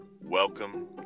Welcome